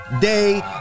day